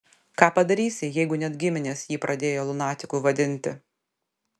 ką padarysi jeigu net giminės jį pradėjo lunatiku vadinti